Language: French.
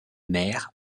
mer